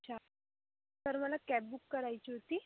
अच्छा सर मला cab book करायची होती